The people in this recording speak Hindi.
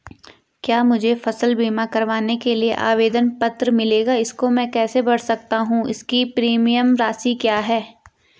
क्या मुझे फसल बीमा करवाने के लिए आवेदन पत्र मिलेगा इसको मैं कैसे भर सकता हूँ इसकी प्रीमियम राशि क्या है?